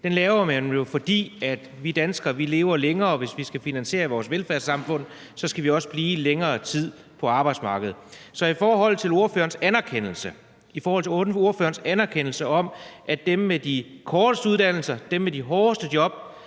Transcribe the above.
Den laver man jo, fordi vi danskere lever længere. Hvis vi skal finansiere vores velfærdssamfund, skal vi også blive længere tid på arbejdsmarkedet. Så i forhold til ordførerens anerkendelse af, at dem med de korteste uddannelser, dem med de hårdeste job,